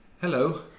hello